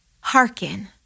Hearken